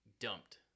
dumped